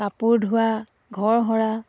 কাপোৰ ধোৱা ঘৰ সৰা